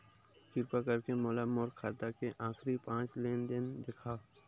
किरपा करके मोला मोर खाता के आखिरी पांच लेन देन देखाव